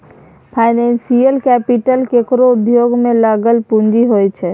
financial capital केकरो उद्योग में लागल पूँजी होइ छै